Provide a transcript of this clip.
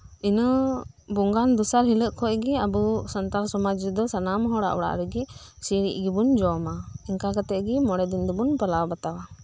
ᱤᱱᱟᱹ ᱵᱚᱸᱜᱟᱱ ᱫᱚᱥᱟᱨ ᱦᱤᱞᱟᱹᱜ ᱠᱷᱚᱱᱜᱮ ᱟᱵᱚ ᱥᱟᱱᱛᱟᱞ ᱥᱚᱢᱟᱡᱽ ᱨᱮᱫᱚ ᱥᱟᱱᱟᱢ ᱦᱚᱲᱟᱜ ᱚᱲᱟᱜ ᱨᱮᱜᱮ ᱥᱤᱬᱤᱡ ᱜᱮᱵᱩᱱ ᱡᱚᱢᱟ ᱮᱱᱠᱟ ᱠᱟᱴᱮᱫ ᱜᱤ ᱢᱚᱲᱮ ᱫᱤᱱ ᱫᱚᱵᱚᱱ ᱯᱟᱞᱟᱣ ᱵᱟᱛᱟᱣᱟ